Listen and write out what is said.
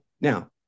Now